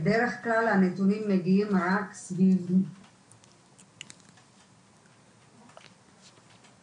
מקבל אותם ומרכז אותם.